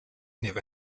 never